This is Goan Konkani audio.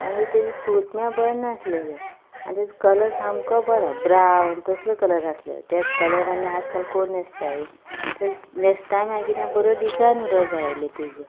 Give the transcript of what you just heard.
मागीर ताजे सूत म्हणल्यार बरें नाशिल्लें आनी ताजो कलर सामको बरो ब्रावन तसलो कलर आशिल्लो ते कलर आनी आयज काल कोण न्हेसतात न्हेसतात म्हणल्या कितें बरो डिजायन आसूंक जाय आसलो तिजो